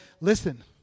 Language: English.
listen